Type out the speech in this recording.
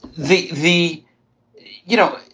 the the you know,